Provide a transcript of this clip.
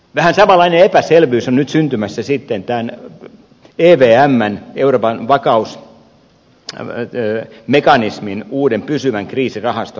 vähän samanlainen epäselvyys on nyt syntymässä sitten tämän evmn euroopan vakausmekanismin uuden pysyvän kriisirahaston osalta